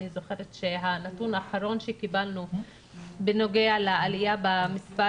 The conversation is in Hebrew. אני זוכרת שהנתון האחרון שקיבלנו בנוגע לעליה במספר